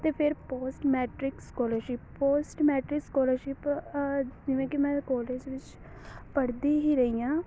ਅਤੇ ਫਿਰ post matric scholarship post matric scholarship ਜਿਵੇਂ ਕਿ ਮੈਂ ਕੋਲਜ ਵਿੱਚ ਪੜ੍ਹਦੀ ਹੀ ਰਹੀ ਹਾਂ